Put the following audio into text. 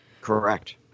correct